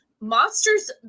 Monsters